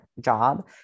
job